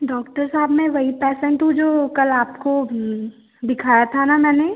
doctor साब मैं वही पेसेन्ट हूँ जो कल आपको दिखाया था ना मैंने